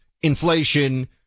inflation